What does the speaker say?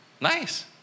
nice